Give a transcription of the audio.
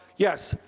yes,